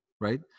right